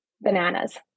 bananas